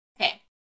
Okay